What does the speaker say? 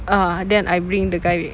err then I bring the guy